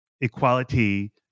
equality